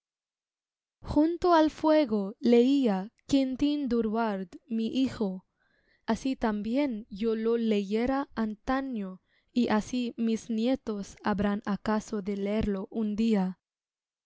junto al fuego leía quintín durward mi hijo así también yo lo leyera antaño y así mis nietos habrán acaso de leerlo un día